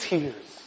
Tears